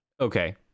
Okay